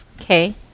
Okay